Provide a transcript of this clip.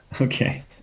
Okay